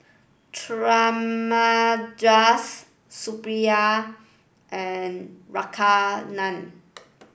Thamizhavel Suppiah and Radhakrishnan